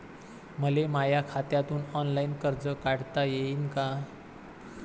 मले माया खात्यातून ऑनलाईन कर्ज काढता येईन का?